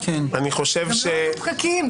גם לא היו פקקים.